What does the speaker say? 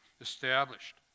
established